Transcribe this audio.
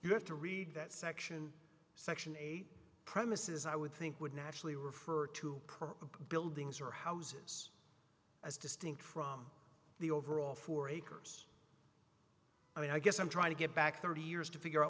you have to read that section section eight premises i would think would naturally refer to per buildings or houses as distinct from the overall four acres i guess i'm trying to get back thirty years to figure out